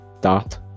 dot